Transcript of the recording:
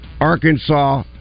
Arkansas